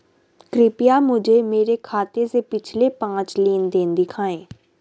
कृपया मुझे मेरे खाते से पिछले पांच लेनदेन दिखाएं